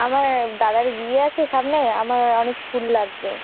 আমার দাদার বিয়ে আছে সামনে আমার অনেক ফুল লাগবে